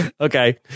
Okay